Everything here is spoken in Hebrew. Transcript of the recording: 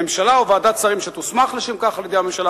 הממשלה או ועדת שרים שתוסמך לשם כך על-ידי הממשלה